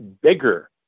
bigger